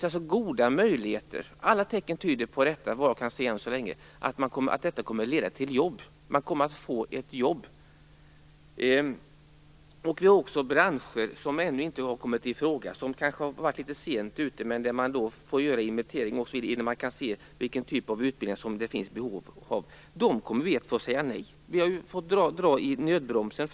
Alla tecken tyder hittills på att utbildningen kommer att leda till jobb. Det finns också branscher som ännu inte har kommit i fråga, eftersom de kanske har varit litet sent ute. Man får då göra inventeringar för att se vilka typer av utbildningar som det finns behov av. Men dessa kommer vi att få säga nej till.